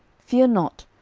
fear not,